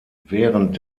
während